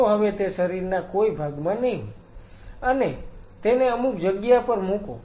તો હવે તે શરીરના કોઈ ભાગમાં નહીં હોય અને તેને અમુક જગ્યા પર મુકો